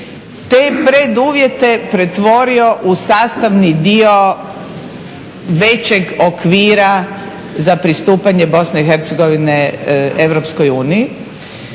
te preduvjete pretvorio u sastavni dio većeg okvira za pristupanje BiH Europskoj uniji.